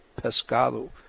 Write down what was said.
pescado